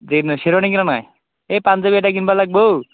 দে শ্ৱেৰৱানী কিনা নাই এই পাঞ্জাৱী এটা কিনিব লাগিব অ'